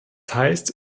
heißt